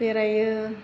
बेरायो